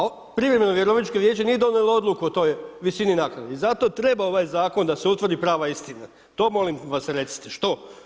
To je problem, a privremeno vjerovničko vijeće nije donijelo odluku o toj visini naknade i zato treba ovaj zakon da se utvrdi prava istina, to molim vas recite, što?